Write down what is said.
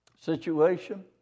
situation